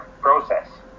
process